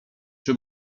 czy